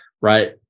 right